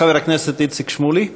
חבר הכנסת איציק שמולי.